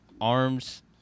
arms